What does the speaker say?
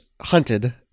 hunted